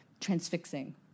transfixing